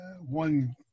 one